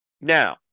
now